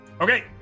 Okay